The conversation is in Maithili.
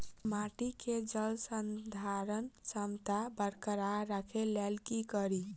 माटि केँ जलसंधारण क्षमता बरकरार राखै लेल की कड़ी?